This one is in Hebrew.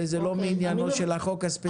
וזה לא מעניינו של החוק הספציפי הזה.